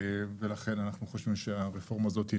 ולכן אנחנו חושבים שהרפורמה הזאת היא